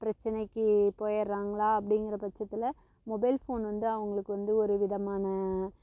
பிரச்சனைக்கு போயிடுறாங்களா அப்படிங்குற பச்சத்தில் மொபைல் ஃபோன் வந்து அவங்களுக்கு வந்து ஒரு விதமான